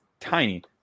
tiny